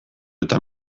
eta